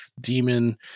demon